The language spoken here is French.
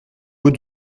haut